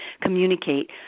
communicate